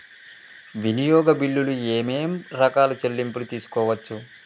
వినియోగ బిల్లులు ఏమేం రకాల చెల్లింపులు తీసుకోవచ్చు?